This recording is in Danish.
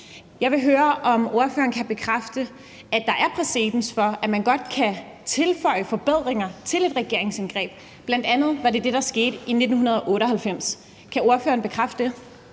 Jeg vil høre, om ordføreren kan bekræfte, at der er præcedens for, at man godt kan tilføje forbedringer til et regeringsindgreb, bl.a. var det det, der skete i 1998. Kan ordføreren bekræfte det?